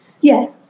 Yes